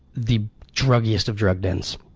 the druggiest of drug dens.